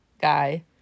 guy